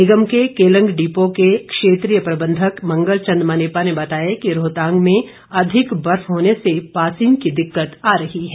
निगम के केलंग डिपो के क्षेत्रीय प्रबंधक मंगल चंद मनेपा ने बताया कि रोहतांग में अधिक बर्फ होने से पासिंग की दिक्कत आ रही है